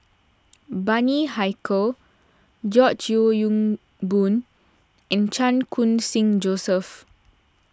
Bani Haykal George Yeo Yong Boon and Chan Khun Sing Joseph